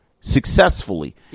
successfully